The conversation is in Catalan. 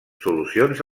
solucions